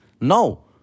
No